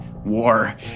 war